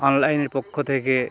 অনলাইনের পক্ষ থেকে